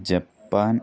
Japan